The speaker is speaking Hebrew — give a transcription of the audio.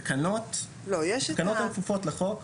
התקנות הן כפופות לחוק.